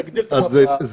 תגדיל את המפה,